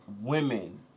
women